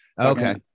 Okay